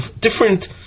different